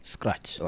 Scratch